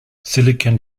silicon